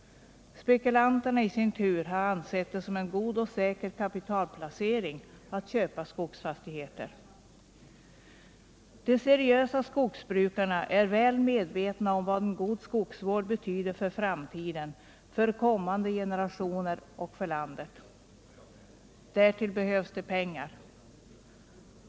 Spekulanterna i sin tur har ansett det som en god och säker kapitalplacering att köpa skogsfastigheter. De seriösa skogsbrukarna är väl medvetna om vad en god skogsvård betyder för framtiden, för kommande generationer och för landet. Därtill behövs det pengar.